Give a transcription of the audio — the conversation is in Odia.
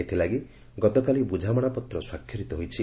ଏଥିଲାଗି ଗତକାଲି ବୁଝାମଣାପତ୍ର ସ୍ୱାକ୍ଷରିତ ହୋଇଛି